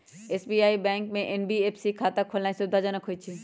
SBI bank में NPS खता खोलेनाइ सुविधाजनक होइ छइ